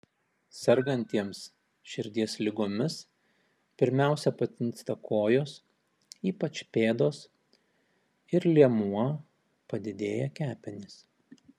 sergantiems širdies ligomis pirmiausia patinsta kojos ypač pėdos ir liemuo padidėja kepenys